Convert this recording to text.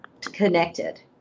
connected